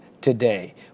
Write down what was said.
today